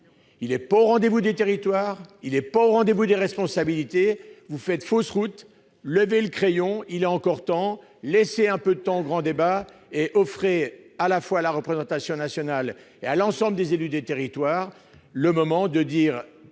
il n'est pas au rendez-vous des territoires ni au rendez-vous des responsabilités ! Vous faites fausse route. Levez le crayon, il n'est pas trop tard ! Laissez un peu de temps au grand débat et offrez à la représentation nationale, ainsi qu'à l'ensemble des élus des territoires, un moment de répit